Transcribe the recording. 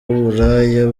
w’uburaya